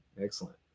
excellent